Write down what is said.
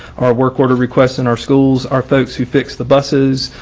our work order requests in our schools are folks who fix the buses,